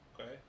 Okay